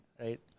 right